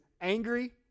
angry